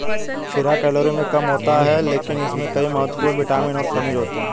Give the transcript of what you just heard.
खीरा कैलोरी में कम होता है लेकिन इसमें कई महत्वपूर्ण विटामिन और खनिज होते हैं